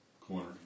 corner